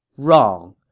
wrong.